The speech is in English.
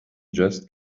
just